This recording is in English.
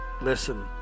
listen